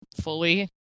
fully